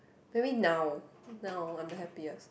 maybe now now I'm the happiest